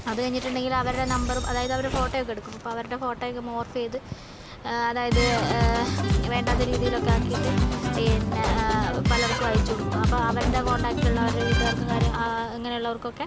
അത് കഴിഞ്ഞിട്ടുണ്ടെങ്കിൽ അവരുടെ നമ്പര് അതായത് അവരുടെ ഫോട്ടോ ഒക്കെ എടുക്കും അപ്പം അവരുടെ ഫോട്ടോ ഒക്കെ മോര്ഫ് ചെയ്തു അതായത് വേണ്ടാത്ത രീതിയിലൊക്കെ ആക്കിയിട്ടു പിന്നെ പലര്ക്കും അയച്ചുകൊടുക്കും അപ്പം അവരുടെ കോണ്ടക്ടില് ഉള്ളവരുടെ വീട്ടുകാര്ക്കും കാര്യ അങ്ങനയുള്ളവര്ക്കൊക്കെ